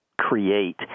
create